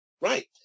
Right